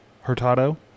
Hurtado